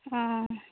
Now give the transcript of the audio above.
ᱚᱻ